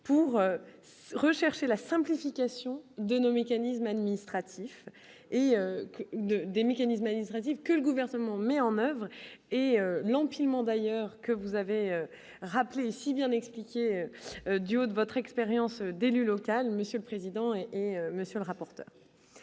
pour rechercher la simplification Guénot mécanismes administratifs et des mécanismes, il sera dit que le gouvernement met en oeuvre et l'empilement d'ailleurs que vous avez rappelé ici bien expliquer, du haut de votre expérience d'élu local, Monsieur le Président et monsieur le rapporteur,